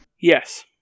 yes